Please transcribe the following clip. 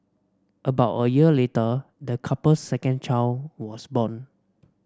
about a year later the couple's second child was born